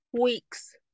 weeks